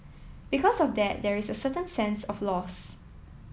because of that there is a certain sense of loss